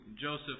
Joseph